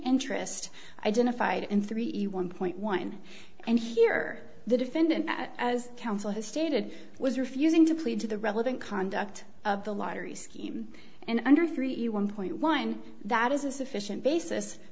interest identified in three a one point one and here the defendant as counsel has stated was refusing to plead to the relevant conduct of the lottery scheme and under three one point one that is a sufficient basis